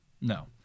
No